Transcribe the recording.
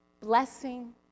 Blessing